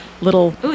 little